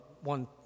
one